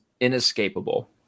inescapable